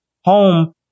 home